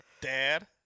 Dad